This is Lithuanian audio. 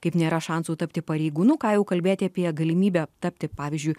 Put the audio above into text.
kaip nėra šansų tapti pareigūnu ką jau kalbėti apie galimybę tapti pavyzdžiu